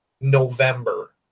november